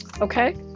Okay